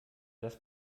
das